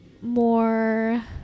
more